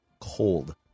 Cold